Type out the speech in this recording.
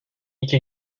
iki